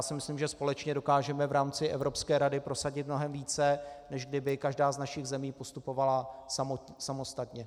Myslím si, že společně dokážeme v rámci Evropské rady prosadit mnohem více, než kdyby každá z našich zemí postupovala samostatně.